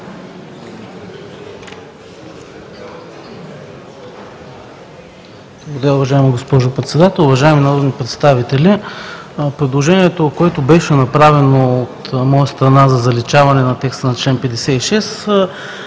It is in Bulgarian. Благодаря, уважаема госпожо Председател. Уважаеми народни представители! Предложението, направено от моя страна за заличаване на текста на чл. 56,